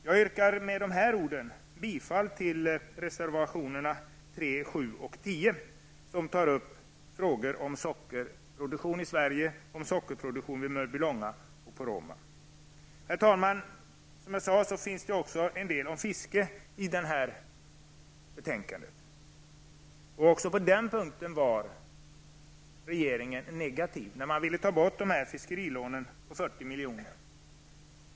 Jag yrkar med dessa ord bifall till reservationerna 3, 7 och 10, vilka tar upp frågor om sockerproduktion i Sverige, om sockerproduktion i Herr talman! Det finns också en del om fiske i betänkandet. Regeringen var negativ också på den punkten. Man vill ta bort fiskerilånen på 40 miljoner.